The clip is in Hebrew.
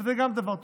וגם זה דבר טוב.